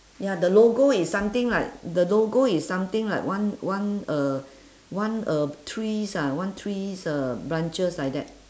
ya the logo is something like the logo is something like one one uh one uh trees ah one trees uh branches like that